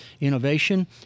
innovation